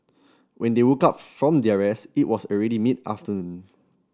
when they woke up from their rest it was already mid afternoon